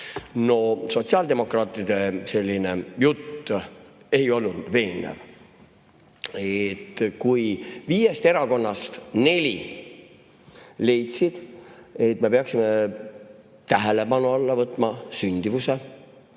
No sotsiaaldemokraatide jutt ei olnud veenev. Kui viiest erakonnast neli leidis, et me peaksime tähelepanu alla võtma sündimuse,